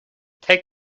take